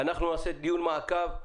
אנחנו נעשה דיון מעקב,